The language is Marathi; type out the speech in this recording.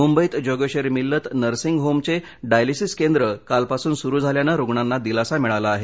मुंबईत जोगेश्वरी मिल्लत नर्सिंग होमचे डायलीसिस केंद्र कालपासून सुरू झाल्यानं रुग्णांना दिलासा मिळाला आहे